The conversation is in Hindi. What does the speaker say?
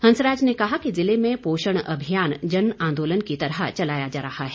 हंसराज ने कहा कि जिले में पोषण अभियान जन आंदोलन की तरह चलाया जा रहा है